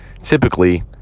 typically